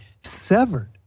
severed